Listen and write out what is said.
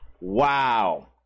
Wow